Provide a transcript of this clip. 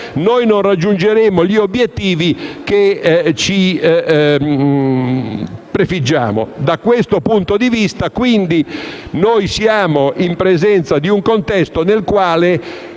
non raggiungeremo gli obiettivi che ci prefiggiamo. Da questo punto di vista, quindi, siamo in presenza di un contesto nel quale